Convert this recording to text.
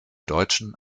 deutschen